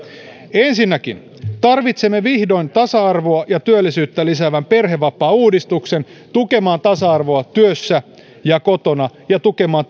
ensinnäkin tarvitsemme vihdoin tasa arvoa ja työllisyyttä lisäävän perhevapaauudistuksen tukemaan tasa arvoa työssä ja kotona ja tukemaan